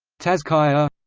tazkiah